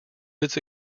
its